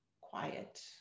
quiet